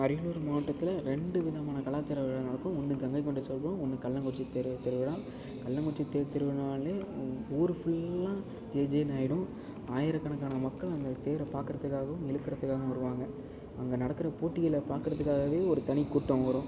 அரியலூர் மாவட்டத்தில் ரெண்டு விதமான கலாச்சார விழா நடக்கும் ஒன்று கங்கைகொண்ட சோழபுரம் ஒன்று கள்ளங்குறிச்சி திருவிழா கள்ளங்குறிச்சி தேர் திருவிழானால் ஊர் ஃபுல்லாக ஜேஜேன்னு ஆகிடும் ஆயிரக்கணக்கான மக்கள் அந்த தேரை பார்க்கறதுக்காகவும் இழுக்கறதுக்காகவும் வருவாங்க அங்கே நடக்கிற போட்டிகளை பார்க்கறதுக்காகவே ஒரு தனி கூட்டம் வரும்